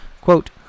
Quote